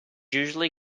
usually